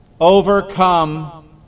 Overcome